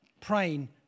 praying